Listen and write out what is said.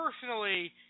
personally